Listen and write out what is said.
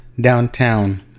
downtown